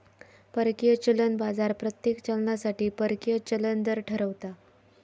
परकीय चलन बाजार प्रत्येक चलनासाठी परकीय चलन दर ठरवता